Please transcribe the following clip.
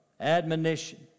admonition